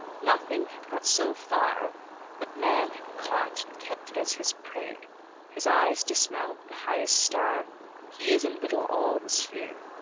nothing hath got so far but man hath caught and kept it as his prey his eyes dismount the highest star he is in little all the sphere.